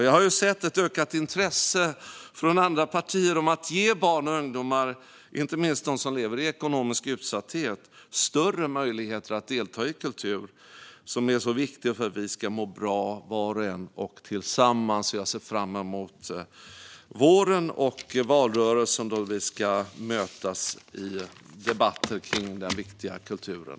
Jag har ju sett ett ökat intresse från andra partier i fråga om att ge barn och ungdomar, inte minst de som lever i ekonomisk utsatthet, större möjligheter att delta i kultur, som är så viktigt för att vi ska må bra, var och en och tillsammans. Jag ser fram emot våren och valrörelsen, då vi ska mötas i debatter kring den viktiga kulturen.